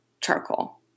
charcoal